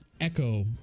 echo